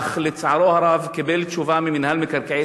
אך לצערו הרב הוא קיבל תשובה ממינהל מקרקעי